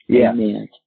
Amen